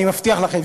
אני מבטיח לכם.